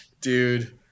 dude